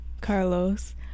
carlos